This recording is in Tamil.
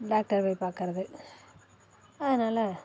டாக்ட்டரை போய் பார்க்கறது அதனால்